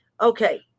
Okay